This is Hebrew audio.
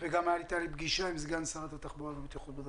לי פגישה גם עם סגן שרת התחבורה והבטיחות בדרכים.